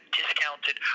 discounted